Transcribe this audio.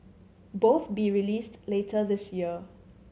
both be released later this year